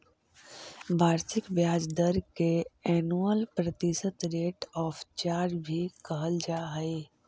वार्षिक ब्याज दर के एनुअल प्रतिशत रेट ऑफ चार्ज भी कहल जा हई